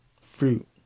fruit